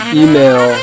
email